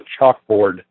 chalkboard